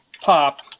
pop